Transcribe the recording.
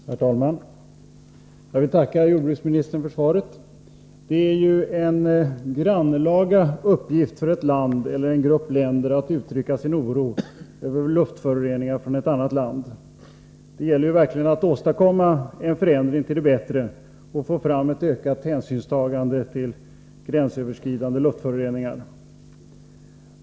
É svavelutsläpp i Öst Herr talman! Jag vill tacka jordbruksministern för svaret. tyskland Det är en grannlaga uppgift för ett land eller en grupp länder att uttrycka sin oro över luftföroreningar från ett annat land. Det gäller ju att verkligen åstadkomma en förändring till det bättre och få fram ett ökat hänsynstagande till gränsöverskridande luftföroreningar.